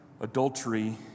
adultery